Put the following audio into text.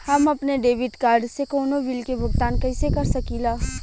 हम अपने debit card से कउनो बिल के भुगतान कइसे कर सकीला?